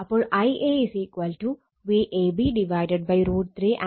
അപ്പോൾ Ia angle - 30o ZY